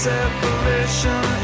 Separation